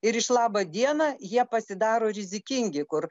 ir iš laba diena jie pasidaro rizikingi kur